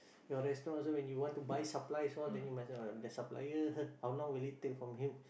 your restaurant also when you want to buy supplies all then you must know the supplier how long will it take from here